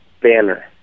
banner